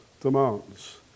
demands